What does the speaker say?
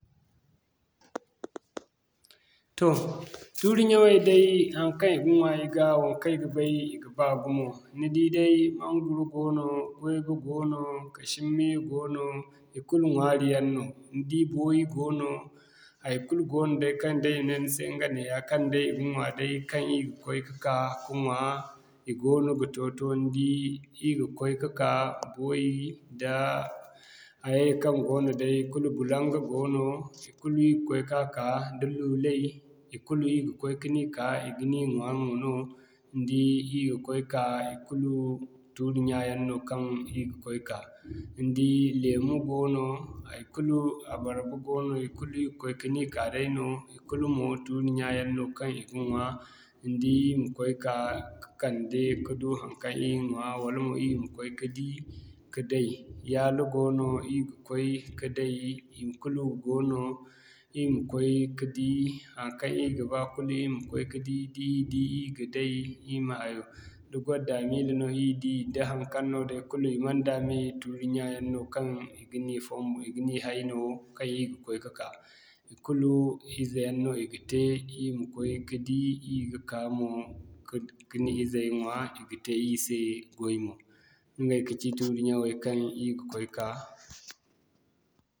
Toh tuuri ɲyaŋey day, haŋkaŋ i ga ɲwa i ga ɲwa i ga waŋkaŋ ay ga bay i ga baa gumo. Ni di day Manguro goono, Goyba goono, kashinmiya goono i kulu ɲwaari yaŋ no. Ni di booyi goono, haikulu goono day kaŋ day i ne ni se ɲga neya kaŋ day i ga ɲwa day kaŋ i ga koy ka'ka i goono ga to-to ni di da i ga koy ka'ka booyi, da hayay kaŋ goono day kulu bulaŋga goono, i kulu ir ga koy ka'ka, da lulai i kulu ir ga koy ka ni ka ir ga ni ɲwa moono, ni di ir ga koy ka ikulu tuuri ɲya yaŋ no kaŋ ir ga koy ka. Ni di lemu goono, haikulu abarba goono, i kulu ir ga koy ka ni ka dayno i kulu mo tuuri ɲya yaŋ no kaŋ i ga ɲwa ni di ir ma koy ka ka'kande ka du haŋkaŋ ir ɲwa wala mo ir ma koy ka di ka day, yalo goono ir ga koy ka day ikulu goono ir ma koy ka di haŋkaŋ ir ga ba kulu ir ma koy ka di, da ir di ir ga day, ir ma hayo. Da gwaddamila no ir di da haŋkaŋ no day kulu i mey-da-mey tuuri ɲya yaŋ no kaŋ i ga ni fombu i ga ni hay no, kaŋ ir ga koy ka'ka. Ikulu ize yaŋ no i ga te, ir ma koy ka di ir ga ka mo, ka ni izey ɲwa i ga te ir se goy mo. Ɲgay ka ci tuuri ɲyaŋey kaŋ ir ga koy ka.